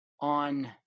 on